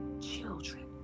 children